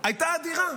הייתה אדירה: